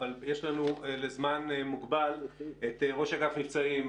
אבל יש לנו לזמן מוגבל את ראש אגף מבצעים,